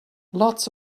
lots